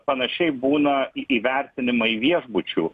panašiai būna įvertinimai viešbučių